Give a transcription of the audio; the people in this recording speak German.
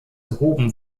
gehoben